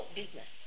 business